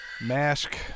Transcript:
Mask